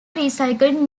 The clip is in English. recycled